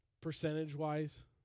percentage-wise